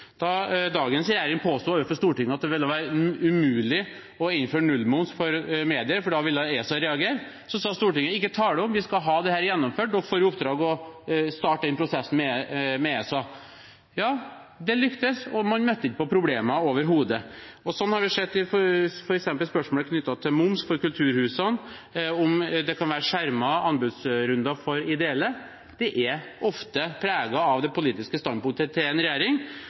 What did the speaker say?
Da dagens regjering påsto overfor Stortinget at det ville være umulig å innføre nullmoms for medier, for da ville ESA reagere, sa Stortinget: Ikke tale om, vi skal ha dette gjennomført, dere får i oppdrag å starte den prosessen med ESA. Det lyktes, og man møtte ikke på problemer overhodet. Det har vi sett f.eks. i spørsmålet knyttet til moms for kulturhusene, om det kan være skjermede anbudsrunder for ideelle, at det ofte er preget av det politiske standpunktet til en regjering.